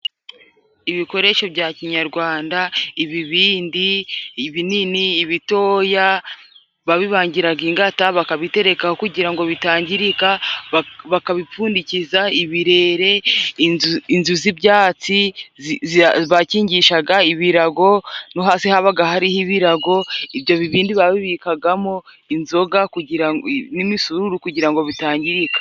Ibikoresho bya kinyarwanda: ibibindi, Ibinini, ibitoya babibangiraga ingata bakabitereka kugira bitangirika bakabipfundikiza ibirere. Inzu z'ibyatsi bakingishaga ibirago no hasi habaga hariho ibirago. Ibyo bibindi babikagamo inzoga n'imisururu kugira bitangirika.